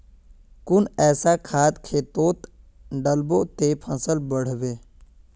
कुन ऐसा खाद खेतोत डालबो ते फसल बढ़बे?